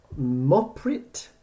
Moprit